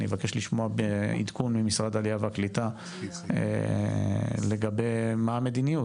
אני מבקש לשמוע בעדכון ממשרד העלייה והקליטה לגבי מה המדיניות,